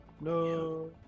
No